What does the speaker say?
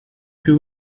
più